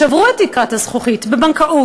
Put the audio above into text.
שברו את תקרת הזכוכית בבנקאות,